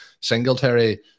Singletary